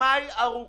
הרשימה היא ארוכה.